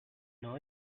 know